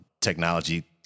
technology